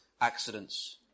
accidents